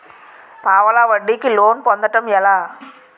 పావలా వడ్డీ కి లోన్ పొందటం ఎలా?